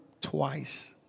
twice